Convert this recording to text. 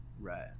Right